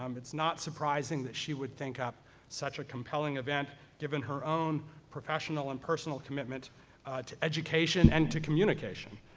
um it's not surprising that she would think up such a compelling event, given her own professional and personal commitment to education and to communication.